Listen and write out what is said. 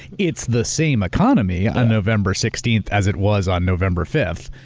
it's the same economy on november sixteenth as it was on november fifth,